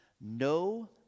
no